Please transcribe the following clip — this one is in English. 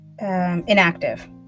inactive